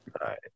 right